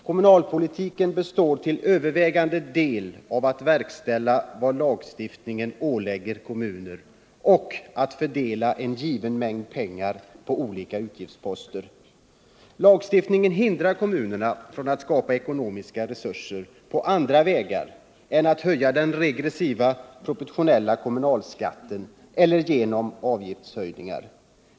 Kommunalpolitiken består till övervägande del av att verkställa vad lagstiftningen ålägger kommunerna och fördela en given mängd pengar på olika utgiftsposter. Lagstiftningen hindrar kommunerna från att skapa ekonomiska resurser på andra vägar än genom att höja den regressiva proportionella kommunalskatten eller genom avgiftshöjningar.